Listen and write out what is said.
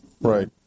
Right